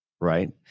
Right